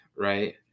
Right